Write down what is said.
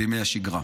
בימי שגרה.